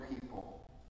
people